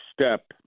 step